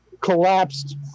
collapsed